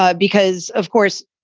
ah because, of course,